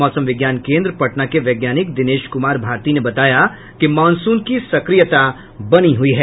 मौसम विज्ञान केन्द्र पटना के वैज्ञानिक दिनेश कुमार भारती ने बताया कि मॉनसून की सक्रियता बनी हुई है